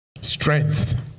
Strength